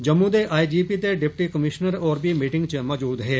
जम्मू दे I G P ते deputy commissioner होर बी मीटिंग च मौजूद हे